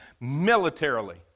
militarily